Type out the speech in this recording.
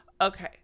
Okay